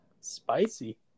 Spicy